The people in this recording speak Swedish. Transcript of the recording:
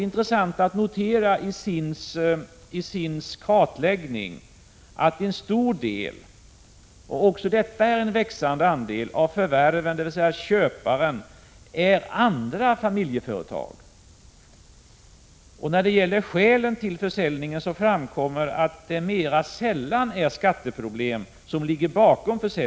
Intressant att notera i SIND:s kartläggning är också att en stor del — även där en växande andel — av förvärvarna, dvs. uppköparna, är andra familjeföretag. När det gäller skälen till försäljning framkom att det mer sällan är skatteproblem som ligger bakom.